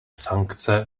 sankce